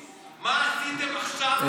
מה עשיתם עכשיו, בעת משבר הקורונה?